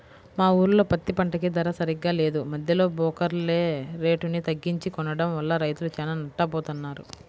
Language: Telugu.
మా ఊర్లో పత్తి పంటకి ధర సరిగ్గా లేదు, మద్దెలో బోకర్లే రేటుని తగ్గించి కొనడం వల్ల రైతులు చానా నట్టపోతన్నారు